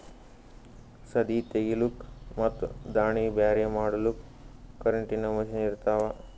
ಸದೀ ತೆಗಿಲುಕ್ ಮತ್ ದಾಣಿ ಬ್ಯಾರೆ ಮಾಡಲುಕ್ ಕರೆಂಟಿನ ಮಷೀನ್ ಇರ್ತಾವ